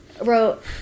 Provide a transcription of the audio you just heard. wrote